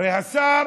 הרי השר